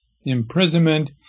imprisonment